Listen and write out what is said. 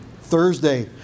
Thursday